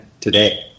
today